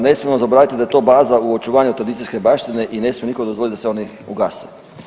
Ne smijemo zaboraviti da je to baza u očuvanju tradicijske baštine i ne smije niko dozvolit da se oni ugase.